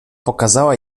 pokazała